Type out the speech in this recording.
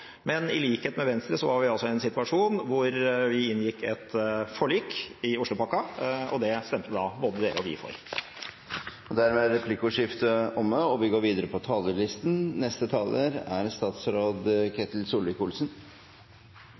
Men i likhet med Venstre var vi i en situasjon hvor vi inngikk et forlik i Oslo-pakken, og det stemte både de og vi for. Dermed er replikkordskiftet omme. Det å sikre god mobilitet i samfunnet er en av våre viktige oppgaver. Det er å sørge for at vi får et arbeidsmarked som er